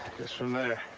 from there